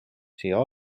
siia